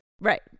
Right